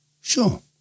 Sure